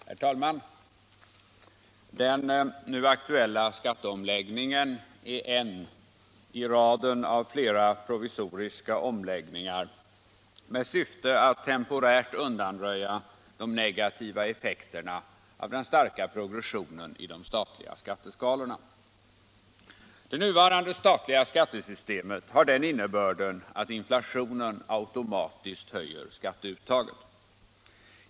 Herr talman! Den nu aktuella skatteomläggningen är en i raden av flera provisoriska omläggningar med syfte att temporärt undanröja den negativa effekten av den starka progressionen i de statliga skatteskalorna. Det nuvarande statliga skattesystemet har till innebörd att inflationen automatiskt höjer skatteuttaget.